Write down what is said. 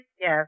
Yes